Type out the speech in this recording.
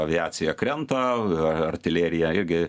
aviacija krenta artilerija irgi